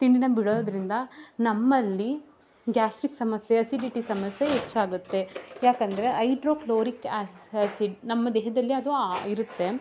ತಿಂಡಿನ ಬಿಡೋದರಿಂದ ನಮ್ಮಲ್ಲಿ ಗ್ಯಾಸ್ಟ್ರಿಕ್ ಸಮಸ್ಯೆ ಆಸಿಡಿಟಿ ಸಮಸ್ಯೆ ಹೆಚ್ಚಾಗುತ್ತೆ ಯಾಕಂದರೆ ಐಡ್ರೋಕ್ಲೋರಿಕ್ ಆಸಿಡ್ ನಮ್ಮ ದೇಹದಲ್ಲಿ ಅದು ಇರುತ್ತೆ